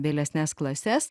vėlesnes klases